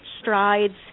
strides